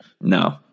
No